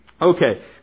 Okay